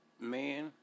man